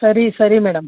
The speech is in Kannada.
ಸರಿ ಸರಿ ಮೇಡಮ್